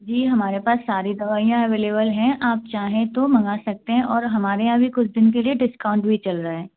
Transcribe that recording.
जी हमारे पास सारी दवाइयाँ अवेलेवल हैं आप चाहें तो मंगा सकते हैं और हमारे यहाँ अभी कुछ दिन के लिए डिस्काउंट भी चल रहे हैं